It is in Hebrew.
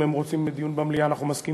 אם הם רוצים דיון במליאה, אנחנו מסכימים.